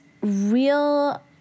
real